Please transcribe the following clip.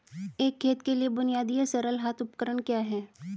एक खेत के लिए बुनियादी या सरल हाथ उपकरण क्या हैं?